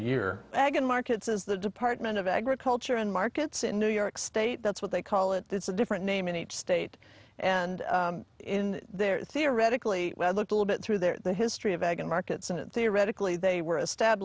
year agone markets is the department of agriculture and markets in new york state that's what they call it that's a different name in each state and in their theoretically well look a little bit through their the history of ag and markets and theoretically they were estab